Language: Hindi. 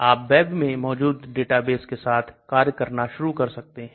आप वेब में मौजूद डेटाबेस के साथ कार्य करना शुरू कर सकते हैं